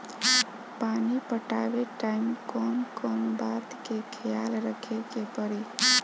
पानी पटावे टाइम कौन कौन बात के ख्याल रखे के पड़ी?